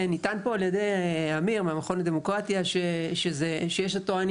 נטען פה על ידי עמיר מהמכון לדמוקרטיה שיש הטוענים